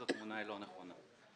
אז התמונה לא נכונה.